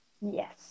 Yes